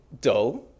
dull